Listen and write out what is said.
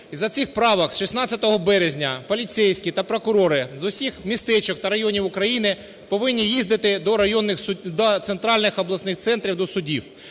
За цих правок 16 березня поліцейські та прокурори з усіх містечок та районів України повинні їздити до центральних обласних центрів до судів.